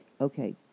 okay